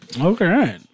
Okay